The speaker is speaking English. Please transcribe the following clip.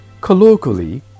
colloquially